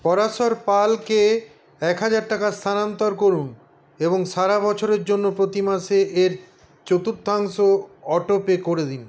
পরাশর পালকে হাজার টাকা স্থানান্তর করুন এবং সারা বছরের জন্য প্রতি মাসে এর চতুর্থাংশ অটোপে করে দিন